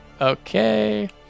Okay